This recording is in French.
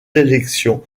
élections